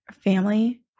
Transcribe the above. family